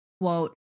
quote